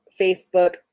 Facebook